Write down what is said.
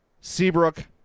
Seabrook